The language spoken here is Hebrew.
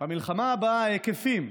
במלחמה הבאה, ההיקפים,